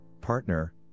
partner